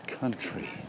country